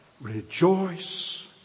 rejoice